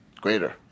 greater